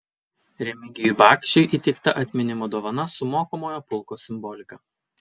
remigijui bakšiui įteikta atminimo dovana su mokomojo pulko simbolika